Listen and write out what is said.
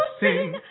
sing